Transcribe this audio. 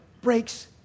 breaks